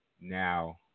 now